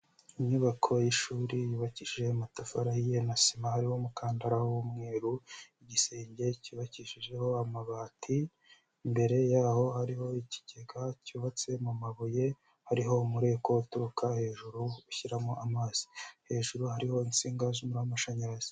Inyubako y'ishuri yubakishije amatafari ahiye na sima hariho umukandara w'umweru, igisenge cyubakishijeho amabati, imbere yaho hariho ikigega cyubatse mu mabuye, hariho umureko uturuka hejuru ushyiramo amazi, hejuru hariho insinga z'umuriro w'amashanyarazi.